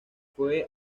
fue